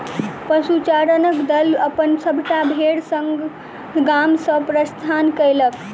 पशुचारणक दल अपन सभटा भेड़ संग गाम सॅ प्रस्थान कएलक